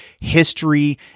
history